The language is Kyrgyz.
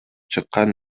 чыккан